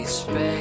space